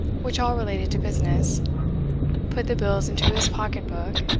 which all related to business put the bills into his pocket-book,